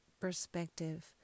perspective